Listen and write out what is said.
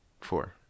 four